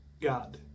God